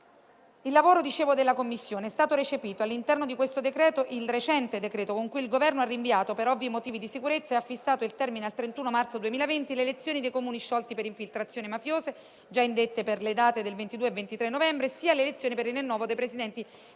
al lavoro della Commissione, è stato recepito, all'interno di questo decreto-legge, il recente provvedimento con cui il Governo ha rinviato - per ovvi motivi di sicurezza, fissando il termine al 31 marzo 2021 - le elezioni dei Comuni sciolti per infiltrazioni mafiose, già indette per le date del 22 e 23 novembre, sia quelle per il rinnovo dei Presidenti